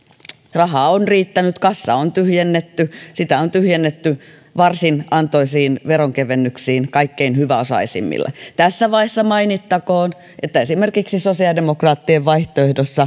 rahaa on riittänyt kassa on tyhjennetty sitä on tyhjennetty varsin antoisiin veronkevennyksiin kaikkein hyväosaisimmille tässä vaiheessa mainittakoon että esimerkiksi sosiaalidemokraattien vaihtoehdossa